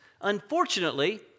Unfortunately